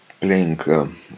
playing